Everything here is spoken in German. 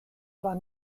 war